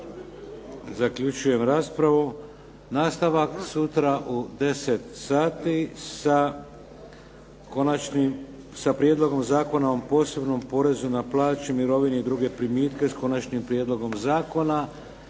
Zaključujem raspravu. Nastavak sutra u 10 sati sa Prijedlogom Zakona o posebnom porezu na plaće i mirovinu i druge primitke s Konačnim prijedlogom zakona